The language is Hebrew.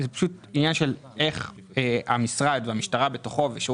זה פשוט עניין של איך המשרד והמשטרה ושירות